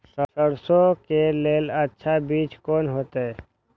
सरसों के लेल अच्छा बीज कोन होते?